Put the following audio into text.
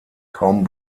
kaum